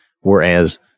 Whereas